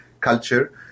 culture